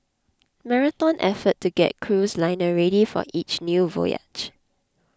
marathon effort to get cruise liner ready for each new voyage